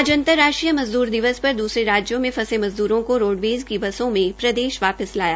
आ अंतर राष्ट्रीय मज़दूर दिवस पर दूसरे राज्यों में फंसे मज़दूरों को रोडवेज़ की बसों में प्रदश वापिस लाया